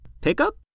Pickup